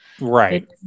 Right